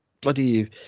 Bloody